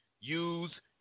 use